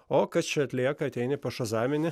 o kas čia atlieka ateini pašazamini